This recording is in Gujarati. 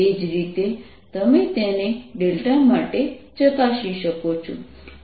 એ જ રીતે તમે તેને માટે ચકાસી શકો છો